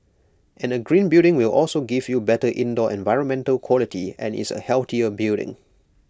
and A green building will also give you better indoor environmental quality and is A healthier building